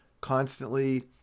constantly